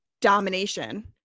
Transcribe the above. domination